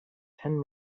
ten